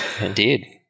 Indeed